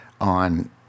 on